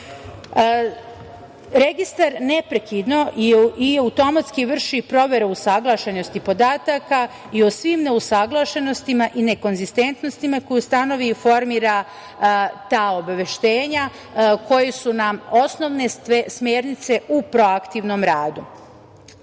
pravima. Registar neprekidno i automatski vrši proveru usaglašenosti podataka i o svim neusaglašenostima i nekonzistentnostima koje ustanovi i formira ta obaveštenja koje su nam osnovne smernice u proaktivnom radu. Kada